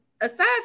aside